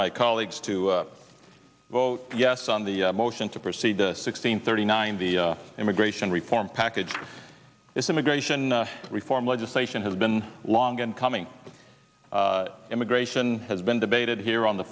my colleagues to vote yes on the motion to proceed to sixteen thirty nine the immigration reform package this immigration reform legislation has been long and coming immigration has been debated here on the